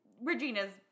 Regina's